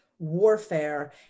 warfare